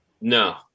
No